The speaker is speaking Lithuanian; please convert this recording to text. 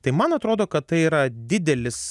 tai man atrodo kad tai yra didelis